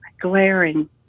glaring